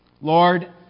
Lord